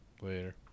later